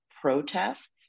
protests